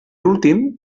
últim